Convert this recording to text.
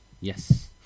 Yes